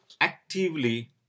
actively